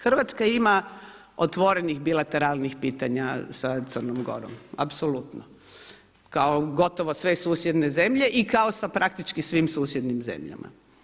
Hrvatska ima otvorenih bilateralnih pitanja sa Crnom Gorom, apsolutno, kao gotovo sve susjedne zemlje i kao sa praktički svim susjednim zemljama.